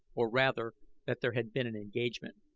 or rather that there had been an engagement,